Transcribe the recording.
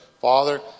Father